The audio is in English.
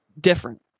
different